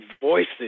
voices